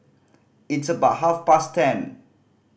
its about half past ten